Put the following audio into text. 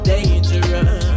Dangerous